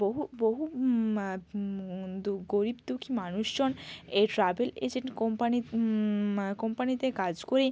বহু বহু গরিব দুঃখী মানুষজন এই ট্রাভেল এজেন্ট কোম্পানি কোম্পানিতে কাজ করে